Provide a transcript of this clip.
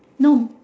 no